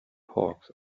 hawks